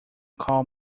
call